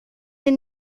den